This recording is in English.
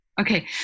Okay